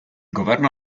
governo